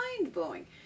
mind-blowing